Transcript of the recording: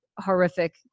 horrific